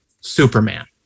Superman